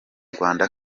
rwanda